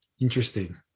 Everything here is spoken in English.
interesting